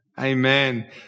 Amen